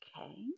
Okay